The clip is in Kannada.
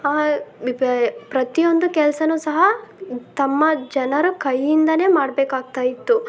ಪ್ರತಿಯೊಂದು ಕೆಲಸವೂ ಸಹ ತಮ್ಮ ಜನರ ಕೈಯ್ಯಿಂದಾನೇ ಮಾಡಬೇಕಾಗ್ತಾಯಿತ್ತು